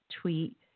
tweet